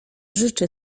życzy